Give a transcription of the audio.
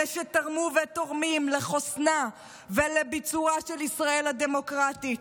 אלה שתרמו ותורמים לחוסנה ולביצורה של ישראל הדמוקרטית,